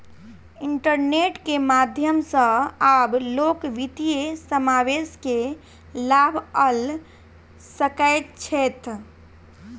internet के माध्यम सॅ आब लोक वित्तीय समावेश के लाभ लअ सकै छैथ